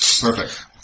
Perfect